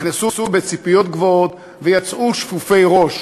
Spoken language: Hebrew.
נכנסו בציפיות גבוהות ויצאו שפופי ראש.